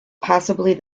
possibly